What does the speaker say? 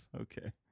Okay